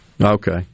Okay